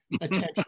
attention